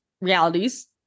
realities